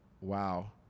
wow